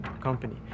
company